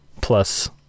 plus